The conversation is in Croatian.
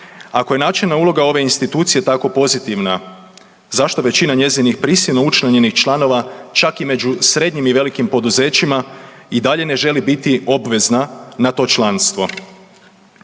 Ako je načelna uloga ove institucije tak pozitivna zašto većina njezinih prisilno učlanjenih članova čak i među srednjim i velikim poduzećima i dalje ne želi biti obvezna na to članstvo?